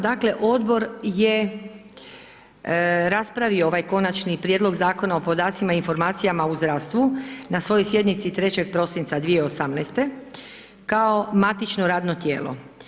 Dakle odbor je raspravio ovaj Konačni prijedlog Zakona o podacima i informacijama u zdravstvu na svojoj sjednici 3. prosinca 2018. kao matično radno tijelo.